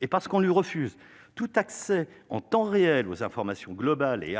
Or, parce qu'on lui refuse tout accès en temps réel aux informations globales et